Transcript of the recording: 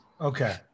Okay